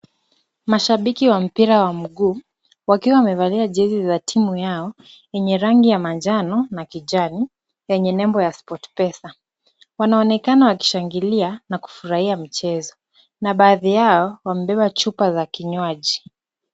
Mashabiki wa mpira wa mguu wakiwa wamevalia jezi za timu yao yenye rangi ya majano na kijani yenye nembo ya Sport Pesa. Wanaonekana wakishangilia na kufurahia mchezo na baadhi yao wamebeba chupa za kinywaji.